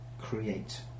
create